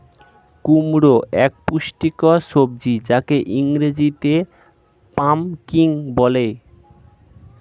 কুমড়ো এক পুষ্টিকর সবজি যাকে ইংরেজিতে পাম্পকিন বলে